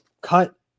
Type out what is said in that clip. cut